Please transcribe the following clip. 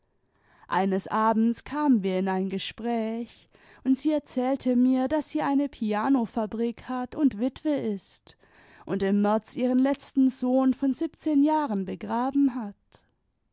eines abends kamen wir in ein gespräch und sie erzählte mir daß sie eine pianofabrik hat und witwe ist und im märz ihren letzten sohn von siebzehn jahren begraben hat